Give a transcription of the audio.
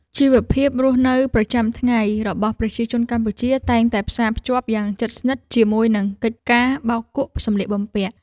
ជីវភាពរស់នៅប្រចាំថ្ងៃរបស់ប្រជាជនកម្ពុជាតែងតែផ្សារភ្ជាប់យ៉ាងជិតស្និទ្ធជាមួយនឹងកិច្ចការបោកគក់សម្លៀកបំពាក់។